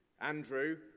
Andrew